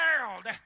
world